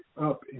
up